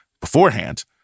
beforehand